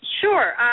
Sure